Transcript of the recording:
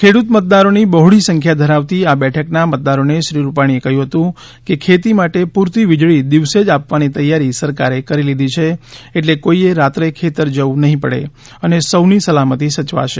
ખેડૂત મતદારો ની બહોળી સંખ્યા ધરાવતી આ બેઠકના મતદારોને શ્રી રૂપાણી એ કહ્યું હતું કે ખેતી માટે પૂરતી વીજળી દિવસે જ આપવાની તૈયારી સરકારે કરી લીધી છે આટલે કોઈ એ રાત્રે ખેતર જવું નહીં પડે અને સૌની સલામતી સાચવશે